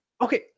Okay